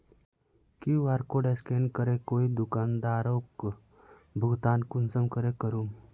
QR code scan करे कोई दुकानदारोक भुगतान कुंसम करे करूम?